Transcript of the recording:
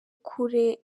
kure